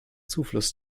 zufluss